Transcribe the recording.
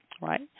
right